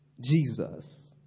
Jesus